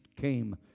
came